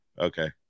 Okay